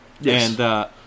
Yes